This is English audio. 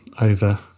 over